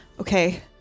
okay